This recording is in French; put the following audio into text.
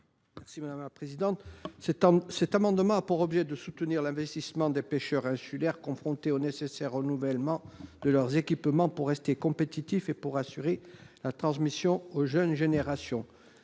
Jean Jacques Panunzi. Cet amendement a pour objet de soutenir l’investissement des pêcheurs insulaires confrontés au nécessaire renouvellement de leurs équipements pour rester compétitifs et assurer la transmission aux jeunes générations.